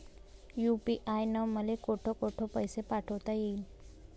UPI न मले कोठ कोठ पैसे पाठवता येईन?